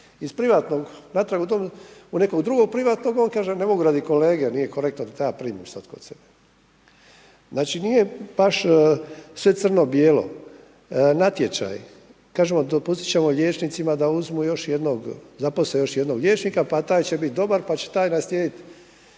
iz privatnog natrag u dom u nekog drugog privatnog, on kaže ne mogu radi kolege jer nije korektno da te ja primim sada kod sebe. Znači nije sve baš crno-bijelo. Natječaj. Kažemo dopustit ćemo liječnicima da uzmu još jednog, zaposle još jednog liječnika pa taj će biti dobar pa će taj naslijediti.